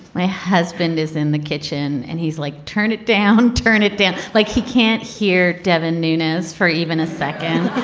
my husband is in the kitchen and he's like, turn it down. turn it down like he can't hear. devin nunez for even a second.